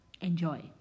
enjoy